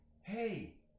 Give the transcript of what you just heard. hey